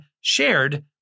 shared